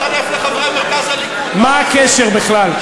אתה מתחנף לחברי מרכז הליכוד, מה הקשר בכלל?